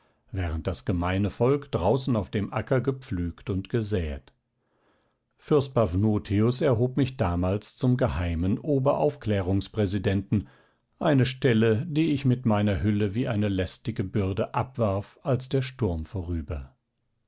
während das gemeine volk draußen auf dem acker gepflügt und gesäet fürst paphnutius erhob mich damals zum geheimen oberaufklärungs präsidenten eine stelle die ich mit meiner hülle wie eine lästige bürde abwarf als der sturm vorüber